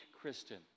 Kristen